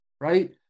Right